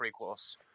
prequels